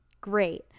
great